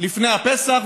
לפני הפסח,